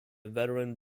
veteran